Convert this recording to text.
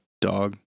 dog